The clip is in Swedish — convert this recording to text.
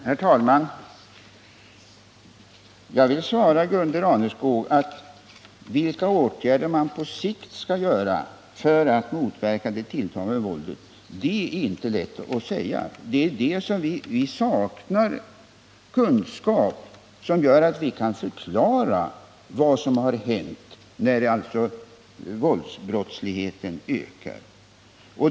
Herr talman! Jag vill svara Gunde Raneskog att vilka åtgärder man på sikt skall vidta för att motverka det tilltagande våldet är inte lätt att säga. Vi saknar kunskap som skulle göra att vi kunde förklara vad som hänt, när våldsbrottsligheten ökar.